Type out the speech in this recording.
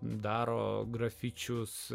daro grafičius